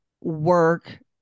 work